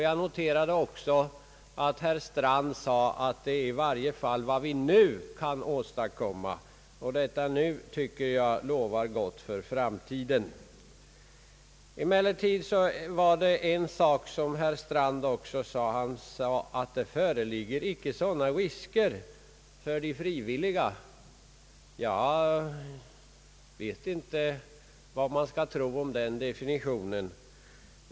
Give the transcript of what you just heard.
Jag noterade också att herr Strand sade att utskottets förslag är i varje fall vad vi nu kan åstadkomma. Ordet nu tycker jag lovar gott för framtiden. Emellertid sade herr Strand också att det inte föreligger samma risker för de frivilliga. Jag vet inte vad man skall tro därom.